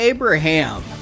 Abraham